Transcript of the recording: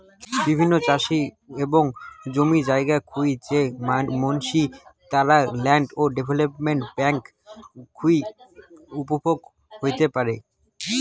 বিভিন্ন চাষি এবং জমি জায়গা থুই যে মানসি, তারা ল্যান্ড ডেভেলপমেন্ট বেঙ্ক থুই উপভোগ হই পারে